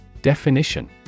Definition